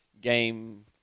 game